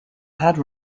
had